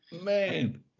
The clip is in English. Man